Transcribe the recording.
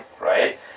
right